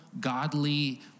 godly